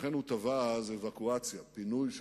לכן הוא תבע אז "אבקואציה" פינוי,